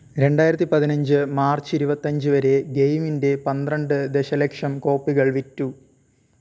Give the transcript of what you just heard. രണ്ടായിരത്തി പതിനഞ്ച് മാർച്ച് ഇരുപത്തഞ്ചു വരെ ഗെയിമിന്റെ പന്ത്രണ്ട് ദശലക്ഷം കോപ്പികൾ വിറ്റു